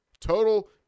Total